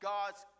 God's